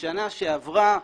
ובשנה שעברה,